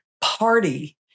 party